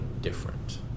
different